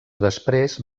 després